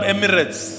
Emirates